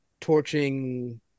torching